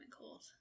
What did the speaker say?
cold